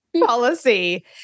policy